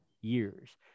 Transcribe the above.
years